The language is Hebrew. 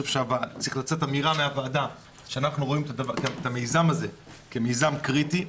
צריכה לצאת אמירה מן הוועדה שאנחנו רואים את זה כמיזם קריטי.